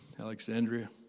Alexandria